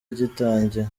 gitangiye